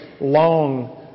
long